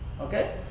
Okay